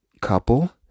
couple